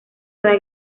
nueva